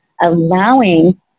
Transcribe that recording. allowing